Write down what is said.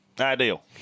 Ideal